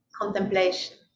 contemplation